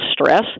stress